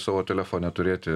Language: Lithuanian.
savo telefone turėti